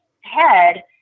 head